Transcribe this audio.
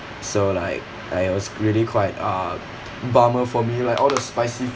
so like I was really quite a bummer for me like all the spicy